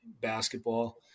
basketball